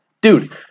dude